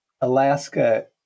Alaska